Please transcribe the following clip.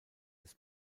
des